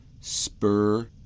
spur